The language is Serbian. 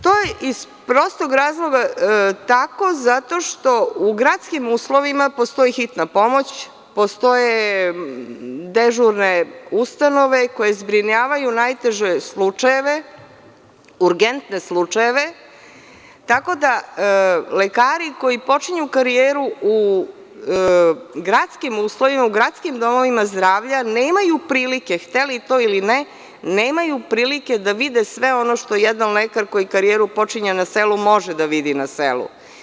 To je iz prostog razloga tako zato što u gradskim uslovima postoji hitna pomoć, postoje dežurne ustanove koje zbrinjavaju najteže slučajeve, urgentne slučajeve, tako da lekari koji počinju karijeru u gradskim uslovima, u gradskim domovima zdravlja nemaju prilike hteli to ili ne, nemaju prilike da vide sve ono što jedan lekar koji karijeru počinje na selu može da vidi na selu.